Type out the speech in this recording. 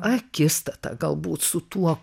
akistatą galbūt su tuo